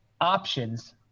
options